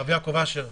הרב יעקב אשר,